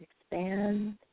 expand